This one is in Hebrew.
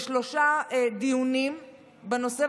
53 דיונים בנושא,